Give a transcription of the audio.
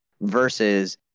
versus